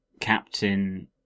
Captain